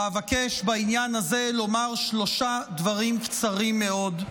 ואבקש בעניין הזה לומר שלושה דברים קצרים מאוד.